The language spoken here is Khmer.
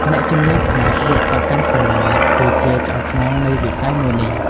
អ្នកជំនាញផ្នែកវិស្វកម្មសូឡា គឺជាឆ្អឹងខ្នងនៃវិស័យមួយនេះ។